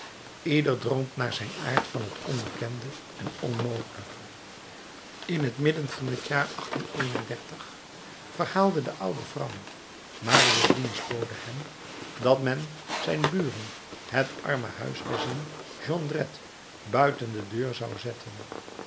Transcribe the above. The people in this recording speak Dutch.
ieder droomt naar zijn aard van het onbekende en onmogelijke in het midden van het jaar verhaalde de oude vrouw marius dienstbode hem dat men zijn buren het arme huisgezin jondrette buiten de deur zou zetten